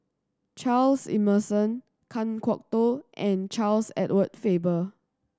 Charles Emmerson Kan Kwok Toh and Charles Edward Faber